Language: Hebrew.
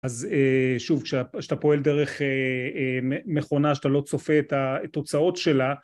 אז אה... שוב, כש.. כשאתה פועל דרך אה... מכונה, שאתה לא צופה את ה... תוצאות שלה...